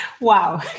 Wow